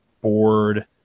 board